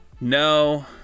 No